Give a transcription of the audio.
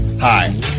Hi